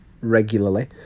regularly